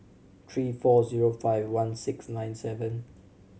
three four zero five one six nine seven